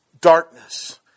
darkness